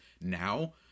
now